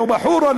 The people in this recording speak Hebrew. לא בחורה,